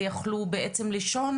ויכלו בעצם לישון,